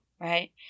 right